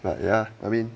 but ya I mean